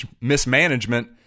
mismanagement